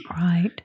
Right